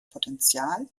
potential